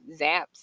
Zaps